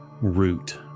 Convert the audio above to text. root